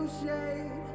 shade